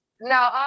No